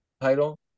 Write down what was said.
title